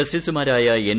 ജസ്റ്റിസുമാരായ എൻ